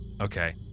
okay